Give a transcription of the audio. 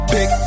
Big